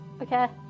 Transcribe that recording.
Okay